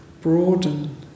broaden